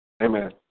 Amen